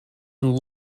and